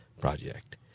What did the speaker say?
project